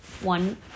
one